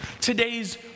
today's